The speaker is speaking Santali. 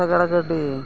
ᱥᱟᱜᱟᱲ ᱜᱟᱹᱰᱤ